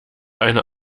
eine